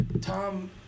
Tom